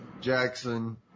Jackson